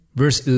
verse